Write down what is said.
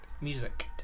Music